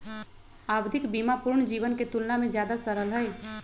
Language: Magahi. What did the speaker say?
आवधिक बीमा पूर्ण जीवन के तुलना में ज्यादा सरल हई